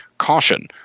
Caution